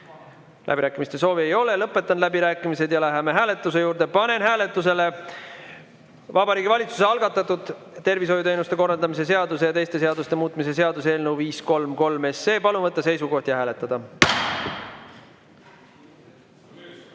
Läbirääkimiste soovi ei ole, lõpetan läbirääkimised ja läheme hääletuse juurde. Panen hääletusele Vabariigi Valitsuse algatatud tervishoiuteenuste korraldamise seaduse ja teiste seaduste muutmise seaduse eelnõu 533. Palun võtta seisukoht ja hääletada!